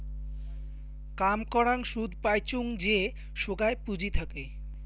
কাম করাং সুদ পাইচুঙ যে সোগায় পুঁজি থাকে